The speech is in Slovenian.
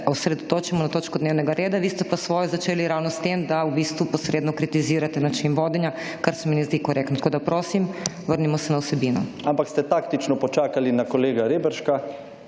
osredotočimo na točko dnevnega reda. Vi ste pa svoje začeli ravno s tem, da v bistvu posredno kritizirate način vodenja, kar se mi ne zdi korektno, tako da prosim, vrnimo se na vsebino. **Nadaljevanje